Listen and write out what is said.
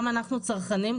גם אנחנו צרכנים,